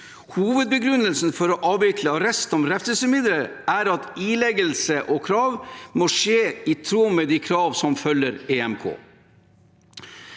Hovedbegrunnelsen for å avvikle arrest som refselsesmiddel er at ileggelse og gjennomføring må skje i tråd med de krav som følger EMK.